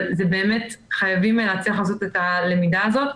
אבל באמת להצליח לעשות את הלמידה הזאת.